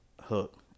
hook